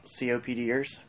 COPDers